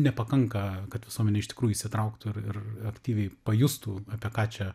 nepakanka kad visuomenė iš tikrųjų įsitrauktų ir ir aktyviai pajustų apie ką čia